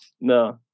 No